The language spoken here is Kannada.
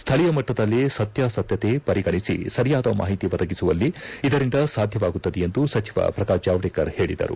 ಸ್ವಳೀಯ ಮಟ್ಟದಲ್ಲೇ ಸತ್ಯಾಸತ್ವತೆ ಪರಿಗಣಿಸಿ ಸರಿಯಾದ ಮಾಹಿತಿ ಒದಗಿಸುವಲ್ಲಿ ಇದರಿಂದ ಸಾಧ್ಯವಾಗುತ್ತದೆ ಎಂದು ಸಚಿವ ಪ್ರಕಾಶ್ ಜಾವಡೇಕರ್ ಹೇಳಿದರು